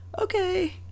okay